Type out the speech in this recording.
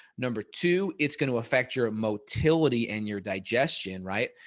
number two, it's gonna affect your motility and your digestion, right?